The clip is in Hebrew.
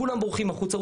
כולם בורחים החוצה.